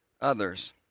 others